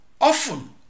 Often